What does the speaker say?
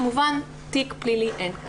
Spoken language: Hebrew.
כמובן שתיק פלילי אין כאן.